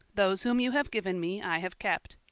those whom you have given me i have kept.